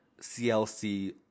CLC